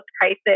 crisis